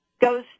goes